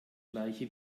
gleiche